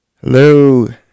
Hello